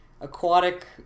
aquatic